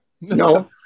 No